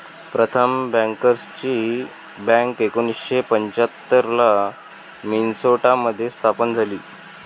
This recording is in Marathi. प्रथम बँकर्सची बँक एकोणीसशे पंच्याहत्तर ला मिन्सोटा मध्ये स्थापन झाली